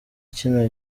kino